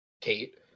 Kate